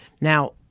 Now